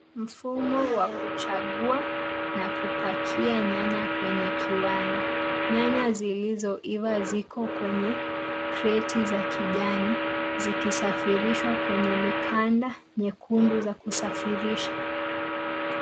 Mfumo wa kuchagua na kupakia nyanya kwenye kiwanda. Nyanya zilizoiva ziko kwenye kreti za kijani zikisafirishwa kwenye mikanda nyekundu za kusafirisha.